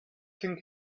think